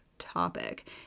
topic